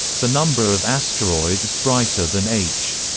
the number of asteroids brighter than h